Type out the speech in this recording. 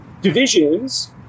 divisions